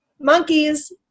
monkeys